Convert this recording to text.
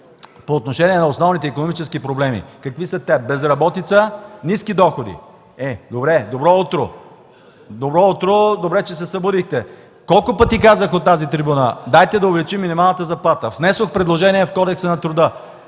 по отношение основните икономически проблеми. Какви са те? Безработица, ниски доходи. Е, добре, добро утро! Добро утро, добре че се събудихте! Колко пъти казах от тази трибуна – дайте да увеличим минималната заплата?! Внесох предложение в Кодекса на труда.